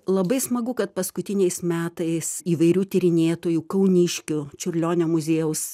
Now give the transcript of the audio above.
labai smagu kad paskutiniais metais įvairių tyrinėtojų kauniškių čiurlionio muziejaus